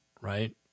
right